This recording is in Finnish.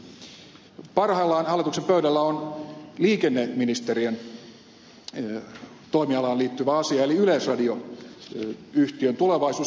parhaillaan hallituksen pöydällä on liikenneministeriön toimialaan liittyvä asia eli yleisradio yhtiön tulevaisuus